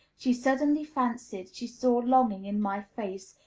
she suddenly fancied she saw longing in my face,